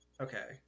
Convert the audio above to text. okay